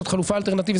זאת חלופה אלטרנטיבית.